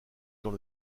dans